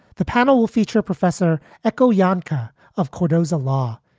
the panel will feature professor ecko yanka of quartos law.